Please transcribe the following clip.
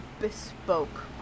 bespoke